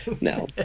No